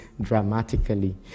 dramatically